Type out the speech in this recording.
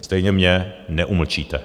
Stejně mě neumlčíte.